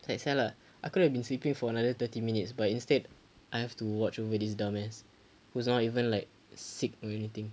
it's like sia lah I could have been sleeping for like another thirty minutes but instead I have to watch away this dumbass who is not even like sick or anything